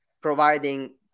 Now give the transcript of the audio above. providing